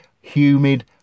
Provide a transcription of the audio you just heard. humid